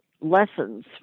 lessons